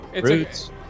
Roots